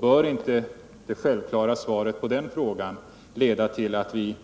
Bör inte det självklara svaret på den frågan leda till att vi,